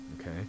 Okay